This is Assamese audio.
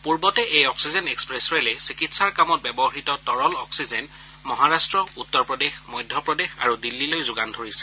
পূৰ্বতে এই অক্সিজেন এক্সপ্ৰেছ ৰেলে চিকিৎসাৰ কামত ব্যৱহাত তৰল অক্সিজেন মহাৰট্ট উত্তৰ প্ৰদেশ মধ্যপ্ৰদেশ আৰু দিল্লীলৈ যোগান ধৰিছিল